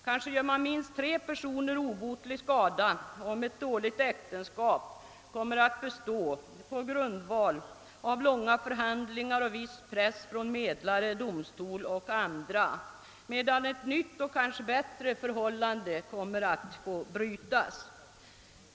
Kanske gör man minst tre personer obotlig skada, om ett dåligt äktenskap kommer att bestå på grundval av långa förhandlingar och viss press från medlare, domstol och andra, medan ett nytt och kanske bättre förhållande kommer att brytas.